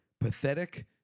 pathetic